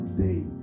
day